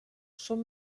són